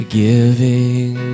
giving